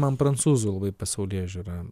man prancūzų labai pasaulėžiūra